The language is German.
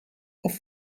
auf